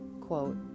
quote